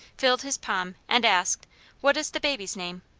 filled his palm, and asked what is the baby's name?